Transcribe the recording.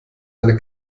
eine